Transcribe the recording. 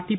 T P